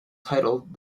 titled